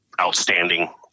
outstanding